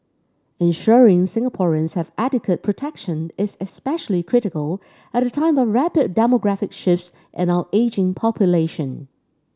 ensuring Singaporeans have adequate protection is especially critical at a time of rapid demographic shifts and our ageing population